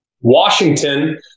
Washington